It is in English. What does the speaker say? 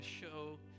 show